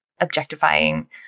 objectifying